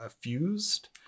fused